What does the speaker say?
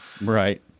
Right